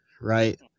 right